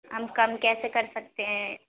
ہم کم کیسے کر سکتے ہیں